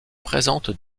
présentent